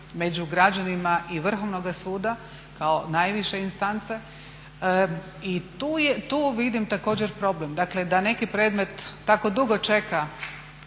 među građanima i Vrhovnoga suda kao najviše instance, i tu vidim također problem. Dakle da neki predmet tako dugo čeka